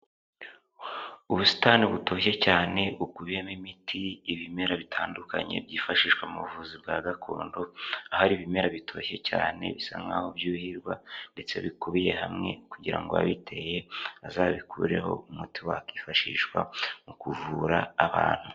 Ubusitani butoshye cyane bukubiyemo imiti, ibimera bitandukanye byifashishwa mu buvuzi bwa gakondo, aho ari ibimera bitoshye cyane bisa nk'aho byuhirirwa ndetse bikubiye hamwe kugira ngo uwabiteye azabikureho umuti wakifashishwa mu kuvura abantu.